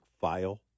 file